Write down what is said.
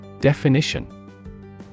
Definition